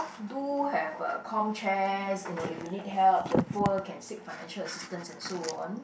do have <(uh) Com-Chest you know if you need help the poor can seek financial assistance and so on